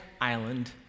Island